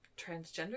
transgender